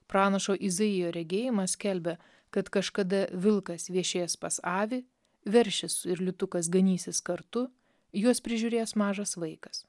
pranašo izaijo regėjimas skelbė kad kažkada vilkas viešės pas avį veršis ir liūtukas ganysis kartu juos prižiūrės mažas vaikas